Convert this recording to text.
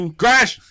crash